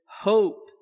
hope